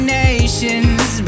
nations